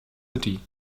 city